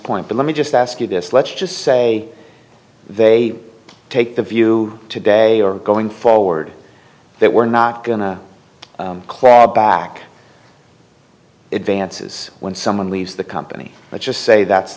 point but let me just ask you this let's just say they take the view today or going forward that we're not going to claw back advances when someone leaves the company but just say that's